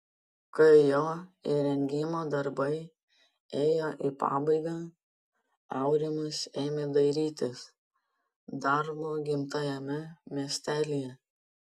kai jo įrengimo darbai ėjo į pabaigą aurimas ėmė dairytis darbo gimtajame miestelyje